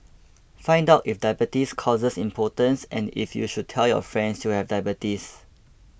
find out if diabetes causes impotence and if you should tell your friends you have diabetes